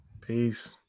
Peace